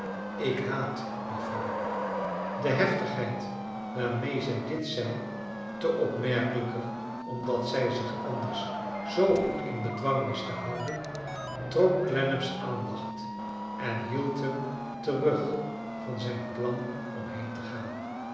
ik haat die vrouw de heftigheid waarmee zij dit zei te opmerkelijker omdat zij zich anders zoo goed in bedwang wist te houden trok clennam's aandacht en hield hem terug van zijn plan om heen te gaan